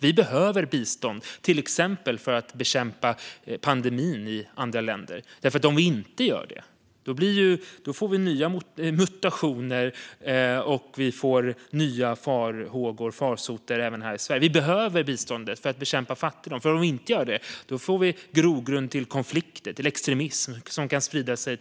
Vi behöver biståndet för att till exempel bekämpa pandemin i andra länder, för om vi inte gör det får vi nya mutationer och nya farsoter även här i Sverige. Vi behöver biståndet för att bekämpa fattigdom, för om vi inte gör det blir det en grogrund för konflikter och extremism som kan sprida sig.